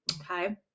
okay